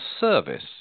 service